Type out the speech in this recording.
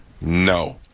No